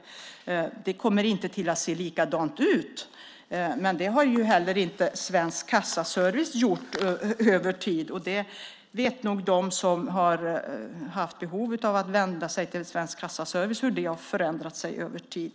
Det kommer inte att se likadant ut, men det har heller inte Svensk kassaservice gjort över tid. De som har haft behov av att vända sig till Svensk kassaservice vet nog hur det har förändrat sig över tid.